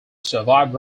survived